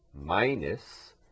minus